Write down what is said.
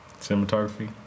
Cinematography